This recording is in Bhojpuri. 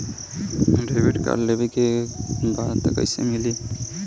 डेबिट कार्ड लेवे के बा कईसे मिली?